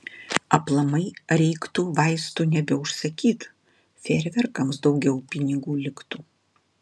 aplamai reiktų vaistų nebeužsakyt fejerverkams daugiau pinigų liktų